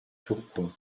tourcoing